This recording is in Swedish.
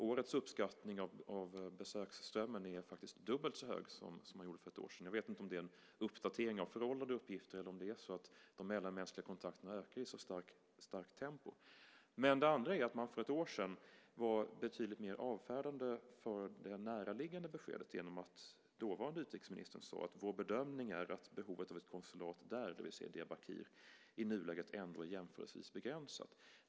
Årets uppskattning av besöksströmmen är faktiskt dubbelt så hög som den som gjordes för ett år sedan. Jag vet inte om det är en uppdatering av föråldrade uppgifter eller om det är så att de mellanmänskliga kontakterna ökar i så starkt tempo. Det andra är att man för ett år sedan var betydligt mer avfärdande när det gällde det näraliggande beskedet genom att dåvarande utrikesministern sade att vår bedömning är att behovet av ett konsulat där, det vill säga i Diyarbakir, i nuläget ändå är jämförelsevis begränsat.